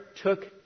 took